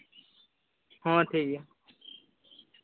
ᱦᱚᱸ ᱴᱷᱤᱠ ᱜᱮᱭᱟ